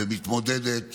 ומתמודדת